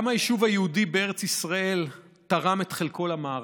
גם היישוב היהודי בארץ ישראל תרם את חלקו למערכה.